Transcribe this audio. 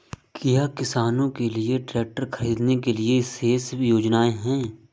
क्या किसानों के लिए ट्रैक्टर खरीदने के लिए विशेष योजनाएं हैं?